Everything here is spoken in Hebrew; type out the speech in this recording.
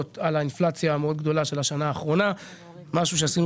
על האינפלציה המאוד גדולה של השנה האחרונה - זה משהו שעשינו